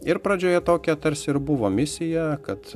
ir pradžioje tokia tarsi ir buvo misija kad